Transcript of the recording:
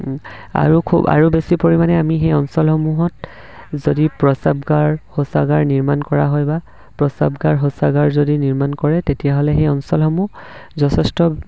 আৰু খুব আৰু বেছি পৰিমাণে আমি সেই অঞ্চলসমূহত যদি প্ৰস্ৰাৱগাৰ শৌচাগাৰ নিৰ্মাণ কৰা হয় বা প্ৰস্ৰাৱগাৰ শৌচাগাৰ যদি নিৰ্মাণ কৰে তেতিয়াহ'লে সেই অঞ্চলসমূহ যথেষ্ট